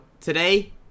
today